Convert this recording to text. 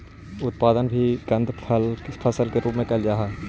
उत्पादन भी कंद फसल के रूप में कैल जा हइ